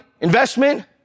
investment